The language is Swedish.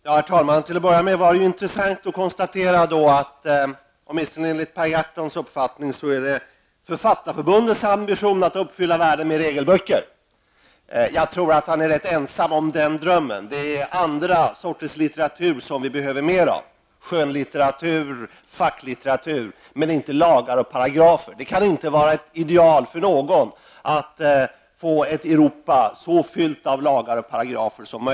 Herr talman! Till att börja med är det intressant att konstatera att det åtminstone enligt Per Gahrtons uppfattning är Författarförbundets ambition att uppfylla världen med regelböcker. Jag tror att han är rätt ensam om den drömmen. Det är en annan sorts litteratur som vi behöver mer av -- skönlitteratur, facklitteratur men inte lagar och paragrafer. Det kan inte vara ett ideal för någon att få ett Europa som är så mycket som möjligt fyllt av lagar och paragrafer.